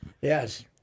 Yes